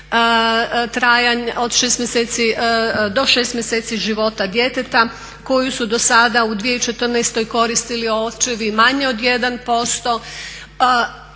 do 6 mjeseci života djeteta koju su do sada u 2014. koristili očevi manje od 1%.